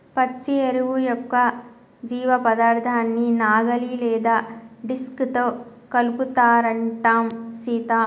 పచ్చి ఎరువు యొక్క జీవపదార్థాన్ని నాగలి లేదా డిస్క్ తో కలుపుతారంటం సీత